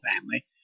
family